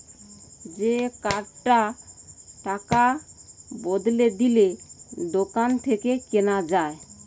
যে কার্ডটা টাকার বদলে দিলে দোকান থেকে কিনা যায়